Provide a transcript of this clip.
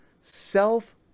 self